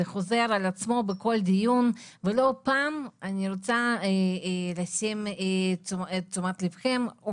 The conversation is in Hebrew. זה עניין שחוזר על עצמו בכל דיון ואני רוצה לשים את תשומת ליבכם בכך